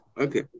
Okay